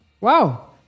Wow